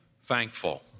thankful